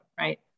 right